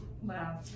Wow